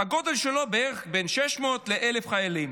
שהגודל שלו בערך בין 600 ל-1,000 חיילים.